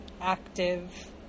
active